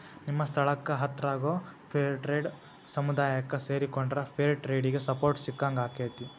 ನಿಮ್ಮ ಸ್ಥಳಕ್ಕ ಹತ್ರಾಗೋ ಫೇರ್ಟ್ರೇಡ್ ಸಮುದಾಯಕ್ಕ ಸೇರಿಕೊಂಡ್ರ ಫೇರ್ ಟ್ರೇಡಿಗೆ ಸಪೋರ್ಟ್ ಸಿಕ್ಕಂಗಾಕ್ಕೆತಿ